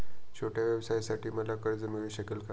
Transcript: छोट्या व्यवसायासाठी मला कर्ज मिळू शकेल का?